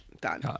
Done